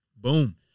Boom